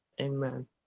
Amen